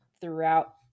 throughout